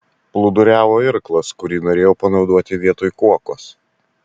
plūduriavo irklas kurį norėjau panaudoti vietoj kuokos